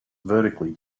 vertically